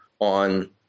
on